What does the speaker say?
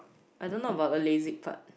I don't know about the lasik part